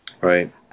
Right